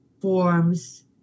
forms